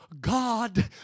God